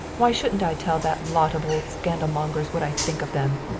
why shouldn't i tell that lot of old scandalmongers what i think of them?